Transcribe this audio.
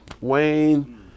Wayne